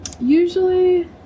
Usually